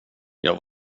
jag